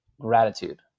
gratitude